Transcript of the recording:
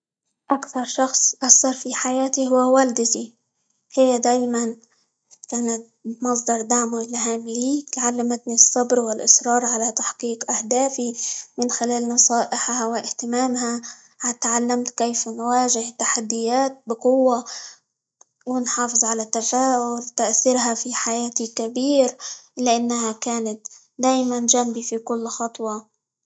أكثر شخص أثر في حياتي هو والدتى، هي دايمًا كانت مصدر دعم، وإلهام لي، علمتني الصبر، والإصرار على تحقيق أهدافي، من خلال نصائحها، واهتمامها -ع- تعلمت كيف نواجه التحديات بقوة، ونحافظ على التفاؤل، تأثيرها في حياتي كبير؛ لأنها كانت دايمًا جنبي في كل خطوة.